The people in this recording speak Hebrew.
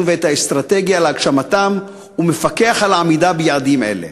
ואת האסטרטגיה להגשמתם ומפקח על העמידה ביעדים אלה.